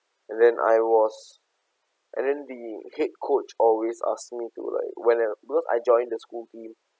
and then I was and then the head coach always ask me to like when because I joined the school team